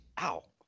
ow